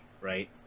right